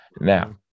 now